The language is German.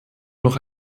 noch